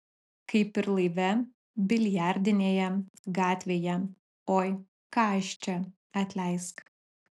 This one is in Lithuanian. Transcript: kaip ir laive biliardinėje gatvėje oi ką aš čia atleisk